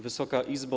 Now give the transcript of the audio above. Wysoka Izbo!